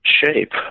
shape